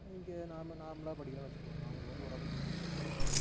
இங்கே நாம நார்மலாக படிக்கிறோனு வச்சிக்கங்க அவங்க வந்து ஓரளவுக்கு இங்கிலீஷ் பேச வரும் அவ்வளோ தான்